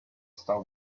star